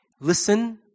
Listen